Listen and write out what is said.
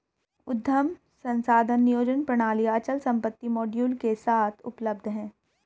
उद्यम संसाधन नियोजन प्रणालियाँ अचल संपत्ति मॉड्यूल के साथ उपलब्ध हैं